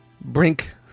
Brink